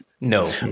No